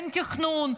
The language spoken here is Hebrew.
אין תכנון,